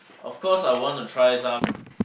of course I want to try some